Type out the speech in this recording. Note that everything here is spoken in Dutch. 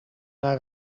naar